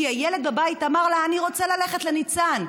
כי הילד בבית אמר לה: אני רוצה ללכת לניצן.